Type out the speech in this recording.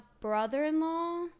brother-in-law